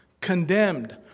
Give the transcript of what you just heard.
Condemned